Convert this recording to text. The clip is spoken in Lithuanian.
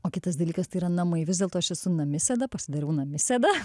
o kitas dalykas tai yra namai vis dėlto aš esu namisėda pasidariau namisėda